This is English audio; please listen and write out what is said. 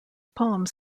poems